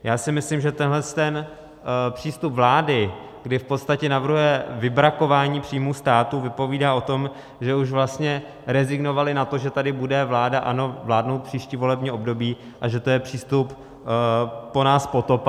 Já si myslím, že tenhle přístup vlády, kdy v podstatě navrhuje vybrakování příjmů státu, vypovídá o tom, že už vlastně rezignovali na to, že tady bude vláda ANO vládnout příští volební období a že to je přístup po nás potopa.